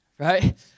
Right